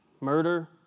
murder